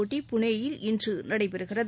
போட்டி புனேயில் இன்று நடைபெறுகிறது